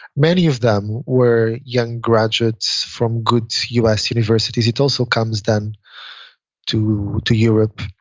many of them were young graduates from good us universities. it also comes then to to europe.